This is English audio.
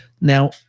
now